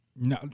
No